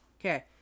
okay